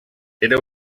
era